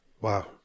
Wow